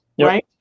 right